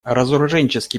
разоруженческий